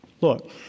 look